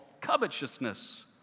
covetousness